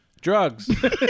Drugs